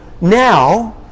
now